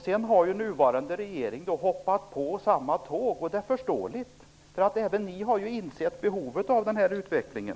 Sedan har nuvarande regering hoppat på samma tåg, och det är förståeligt, för även ni har ju insett behovet av den här utvecklingen.